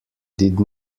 did